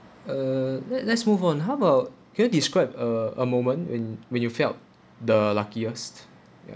uh let let's move on how about can you describe uh a moment when when you felt the luckiest ya